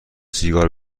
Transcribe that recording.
سیگار